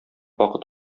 вакыт